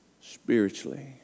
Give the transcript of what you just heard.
spiritually